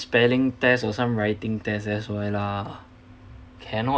spelling test or some writing test that's why lah cannot